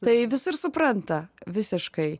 tai visi supranta visiškai